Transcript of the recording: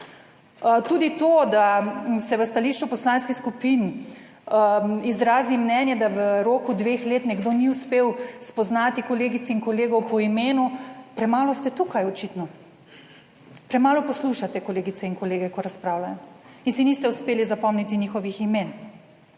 Tudi to, da se v stališču poslanskih skupin izrazi mnenje, da v roku dveh let nekdo ni uspel spoznati kolegic in kolegov po imenu, premalo ste tukaj očitno, premalo poslušate kolegice in kolege, ko razpravljajo in si niste uspeli zapomniti njihovih imen.